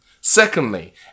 Secondly